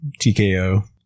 TKO